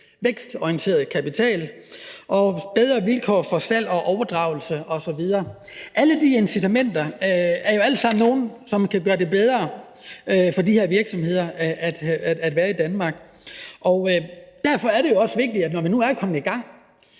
vækstorienteret kapital og bedre vilkår for salg, overdragelse osv. Alle de incitamenter er jo nogle, som kan gøre det bedre for de her virksomheder at være i Danmark. Derfor er det også vigtigt, når vi nu er kommet i gang,